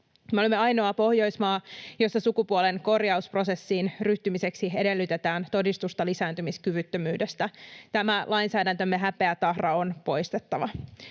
olemme ainoa Pohjoismaa, jossa sukupuolenkorjausprosessiin ryhtymiseksi edellytetään todistusta lisääntymiskyvyttömyydestä. Tämä lainsäädäntömme häpeätahra on poistettava.